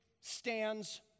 stands